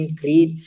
creed